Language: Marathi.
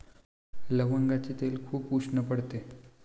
लवंगाचे तेल खूप उष्ण पडते